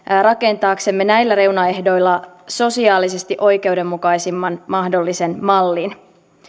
rakentaaksemme näillä reunaehdoilla sosiaalisesti oikeudenmukaisimman mahdollisen mallin